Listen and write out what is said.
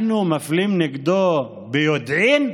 אנחנו מפלים נגדו ביודעין?